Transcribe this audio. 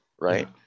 right